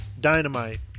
Dynamite